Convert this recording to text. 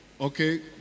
Okay